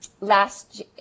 last